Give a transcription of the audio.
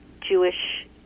Jewish